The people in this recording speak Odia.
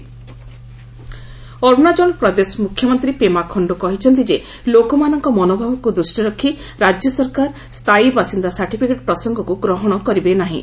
ଅରୁଣାଚଳ ପିଆରସି ଅରୁଣାଚଳ ପ୍ରଦେଶ ମୁଖ୍ୟମନ୍ତ୍ରୀ ପେମା ଖଣ୍ଡୁ କହିଛନ୍ତି ଯେ' ଲୋକମାନଙ୍କ ମନୋଭାବକୁ ଦୃଷ୍ଟିରେ ରଖି ରାଜ୍ୟ ସରକାର ସ୍ଥାୟୀ ବାସିନ୍ଦା ସାର୍ଟିଫିକେଟ ପ୍ରସଙ୍ଗକୁ ଗ୍ରହଣ କରିପାରିବେ ନାହିଁ